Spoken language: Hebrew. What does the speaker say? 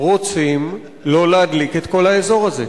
רוצים לא להדליק את כל האזור הזה?